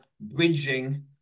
bridging